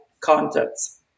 contents